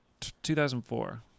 2004